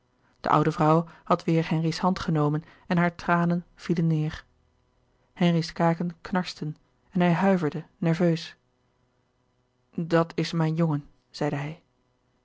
de oude vrouw had weêr henri's hand genomen en hare tranen vielen neêr henri's kaken knarsten en hij huiverde nerveus dat is mijn jongen zeide hij